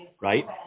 Right